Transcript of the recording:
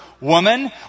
Woman